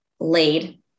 laid